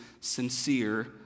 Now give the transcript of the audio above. sincere